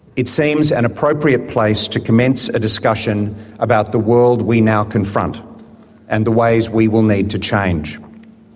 it seems an appropriate place to commence a discussion about the world we now confront and the ways we will need to change.